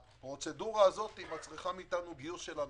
הפרוצדורה הזאת מצריכה מאתנו גיוס של אנשים.